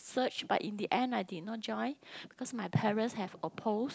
search but in the end I did not join because my parents have oppose